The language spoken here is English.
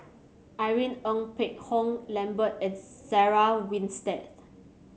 Irene Ng Phek Hoong Lambert and Sarah Winstedt